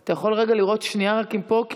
אתה יכול רגע לראות אם הוא פה?